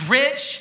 rich